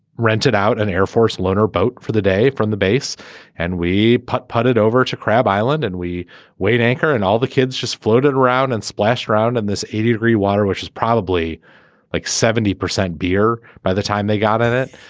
rented out an air force loaner boat for the day from the base and we putt putt it over to crab island and we wait anchor and all the kids just floated around and splash around and this eighty degree water which is probably like seventy percent beer by the time they got in it